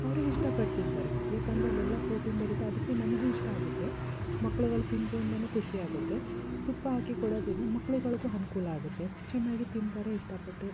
ಅವರು ಇಷ್ಟಪಟ್ಟು ತಿಂತಾರೆ ಏಕೆಂದರೆ ಅಲ್ಲೆಲ್ಲ ಪ್ರೋಟೀನ್ ಭರಿತ ಅದಕ್ಕೆ ನಮಗೂ ಇಷ್ಟ ಆಗುತ್ತೆ ಮಕ್ಳುಗಳು ತಿಂದರೂ ಅಂತಾನು ಖುಷಿಯಾಗುತ್ತೆ ತುಪ್ಪ ಹಾಕಿ ಕೊಡೋದರಿಂದ ಮಕ್ಳುಗಳ್ಗೂ ಅನ್ಕೂಲ ಆಗುತ್ತೆ ಚೆನ್ನಾಗಿ ತಿಂತಾರೆ ಇಷ್ಟಪಟ್ಟು